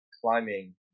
climbing